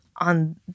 on